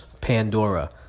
Pandora